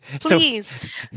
please